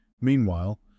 Meanwhile